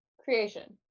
Creation